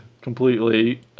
completely